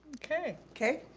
okay. kay?